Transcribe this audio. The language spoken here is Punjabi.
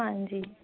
ਹਾਂਜੀ